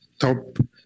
top